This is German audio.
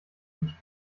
nicht